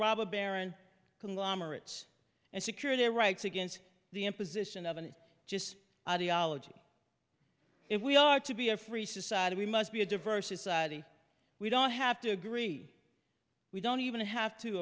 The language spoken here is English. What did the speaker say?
robber baron conglomerates and secure their rights against the imposition of a just ideology if we are to be a free society we must be a diverse society we don't have to agree we don't even have to